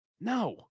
No